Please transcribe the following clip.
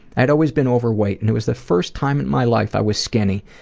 i had always been overweight and it was the first time in my life i was skinny,